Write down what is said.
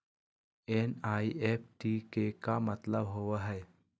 NEFT के का मतलव होव हई?